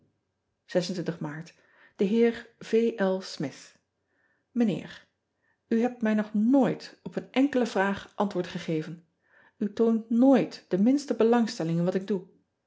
aart en eer mith ijnheer hebt mij nog nooit op een enkelen vraag antwoord gegeven toont nooit de minste belangstelling in wat ik doe